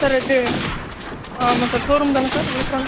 sir ரெண்டு ஆமாம் sir showroom தானே சார் எலக்ட்ரானிக்